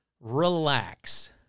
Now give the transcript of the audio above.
Relax